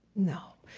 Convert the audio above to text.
no.